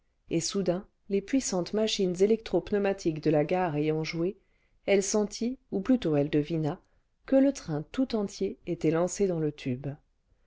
et soudain les puissantes machines électro pneumatiques de la gare ayant joué elle sentit ou plutôt elle devina que le train tout entier était lancé dans le tube